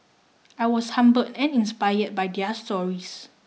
I was humbled and inspired by their stories